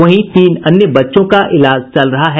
वहीं तीन अन्य बच्चों का इलाज चल रहा है